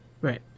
Right